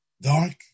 dark